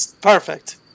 perfect